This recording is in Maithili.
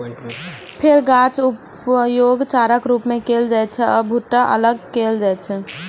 फेर गाछक उपयोग चाराक रूप मे कैल जाइ छै आ भुट्टा अलग कैल जाइ छै